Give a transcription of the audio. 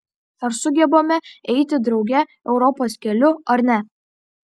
ar sugebame eiti drauge europos keliu ar ne